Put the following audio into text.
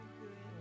good